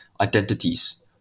identities